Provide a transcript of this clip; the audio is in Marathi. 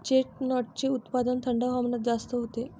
चेस्टनटचे उत्पादन थंड हवामानात जास्त होते